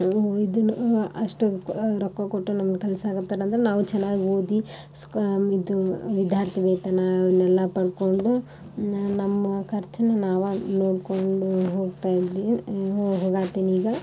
ಇದು ಅಷ್ಟು ರೊಕ್ಕ ಕೊಟ್ಟು ನಮ್ಮ ಕಲಿಸಾಕತ್ತಾರಂದ್ರೆ ನಾವು ಚೆನ್ನಾಗಿ ಓದಿ ಸ್ಕಾ ಇದು ವಿದ್ಯಾರ್ಥಿವೇತನ ಅದನ್ನೆಲ್ಲ ಪಡಕೊಂಡು ನಮ್ಮ ಖರ್ಚನ್ನು ನಾವೇ ನೋಡಿಕೊಂಡು ಹೋಗ್ತಾಯಿದ್ವಿ ಹೋಗಾತ್ತೀನಿ ಈಗ